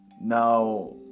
now